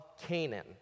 Canaan